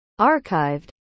archived